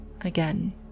again